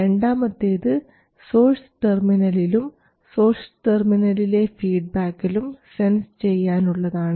രണ്ടാമത്തേത് സോഴ്സ് ടെർമിനലിലും സോഴ്സ് ടെർമിനലിലെ ഫീഡ്ബാക്കിലും സെൻസ് ചെയ്യാനുള്ളതാണ്